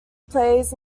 plays